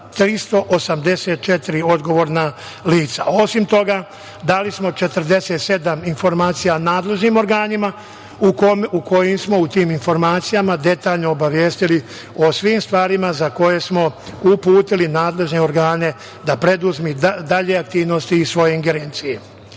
384 odgovorna lica. Osim toga, dali smo 47 informacija nadležnim organima, u kojima smo detaljno obavestili o svi stvarima za koje smo uputili nadležne organe da preduzmu dalje aktivnosti i svoje ingerencije. Što